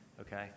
Okay